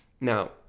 Now